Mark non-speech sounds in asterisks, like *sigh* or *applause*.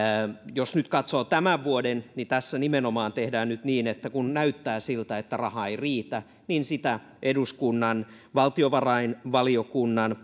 jos nyt katsoo tämän vuoden tapaa niin tässä nimenomaan tehdään nyt niin että kun näyttää siltä että raha ei riitä niin sitä eduskunnan valtiovarainvaliokunnan *unintelligible*